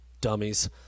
dummies